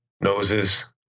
noses